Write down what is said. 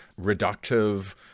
reductive